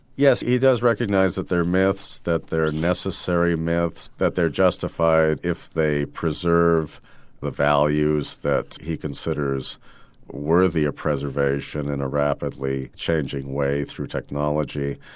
yes he does recognise that they are myths, that they are necessary myths, that they are justified if they preserve the values that he considers worthy of ah preservation in a rapidly changing way through technology.